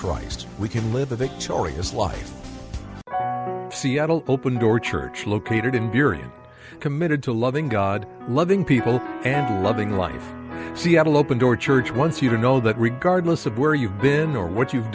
christ we can live a victorious life seattle open door church located in period committed to loving god loving people and loving like seattle open doors church once you know that regardless of where you've been or what you've